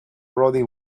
roddy